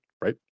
Right